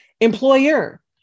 Employer